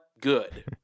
good